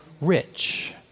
rich